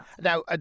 Now